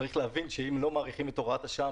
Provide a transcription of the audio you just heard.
צריך להבין שאם לא מאריכים את הוראת השעה,